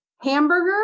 hamburger